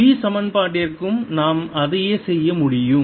B சமன்பாட்டிற்கும் நாம் அதையே செய்ய முடியும்